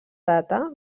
data